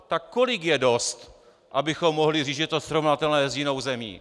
Tak kolik je dost, abychom mohli říct, že je to srovnatelné s jinou zemí?